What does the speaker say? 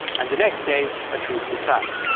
and the next day a truce was signed.